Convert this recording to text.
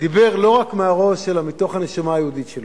דיבר לא רק מהראש, אלא מתוך הנשמה היהודית שלו,